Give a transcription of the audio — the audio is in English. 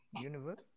universe